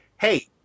hey